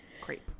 creep